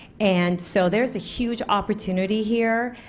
and so there is a huge opportunity here